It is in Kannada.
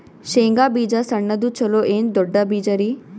ಶೇಂಗಾ ಬೀಜ ಸಣ್ಣದು ಚಲೋ ಏನ್ ದೊಡ್ಡ ಬೀಜರಿ?